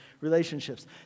relationships